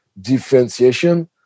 differentiation